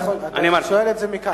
אני מודה לחבר הכנסת מאיר שטרית